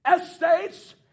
estates